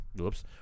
Oops